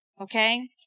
Okay